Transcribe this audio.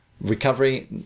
recovery